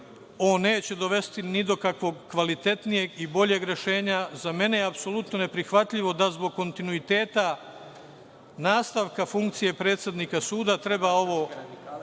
On neće dovesti ni do kakvog kvalitetnijeg i bolje rešenja. Za mene je apsolutno neprihvatljivo da zbog kontinuiteta nastavka funkcije predsednika suda treba ovo